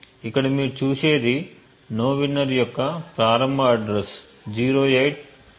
ఇక్కడ మీరు చూసేది nowinner యొక్క ప్రారంభ అడ్రస్ 080484B4